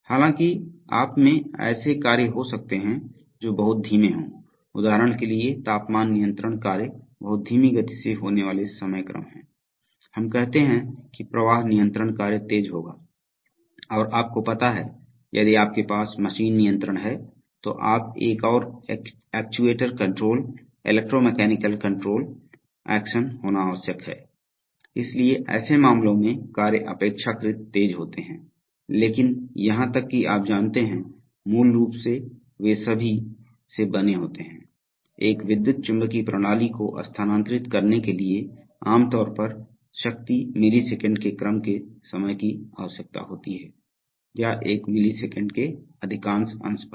हालाँकि आपस में ऐसे कार्य हो सकते हैं जो बहुत धीमे हों उदाहरण के लिए तापमान नियंत्रण कार्य बहुत धीमी गति से होने वाले समय क्रम हैं हम कहते हैं कि प्रवाह नियंत्रण कार्य तेज़ होगा और आपको पता है यदि आपके पास मशीन नियंत्रण है तो आप एक और actuator control electromechanical control action होना आवश्यक है इसलिए ऐसे मामलों में कार्य अपेक्षाकृत तेज होते हैं लेकिन यहां तक कि आप जानते हैं मूल रूप से वे सभी से बने होते हैं एक विद्युत चुम्बकीय प्रणाली को स्थानांतरित करने के लिए आम तौर पर शक्ति मिलीसेकंड के क्रम के समय की आवश्यकता होती है या एक मिलीसेकंड के अधिकांश अंश पर